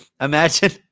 Imagine